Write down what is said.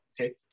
Okay